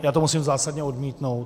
Já to musím zásadně odmítnout.